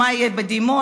מה יהיה בדימונה,